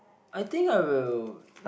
I think I will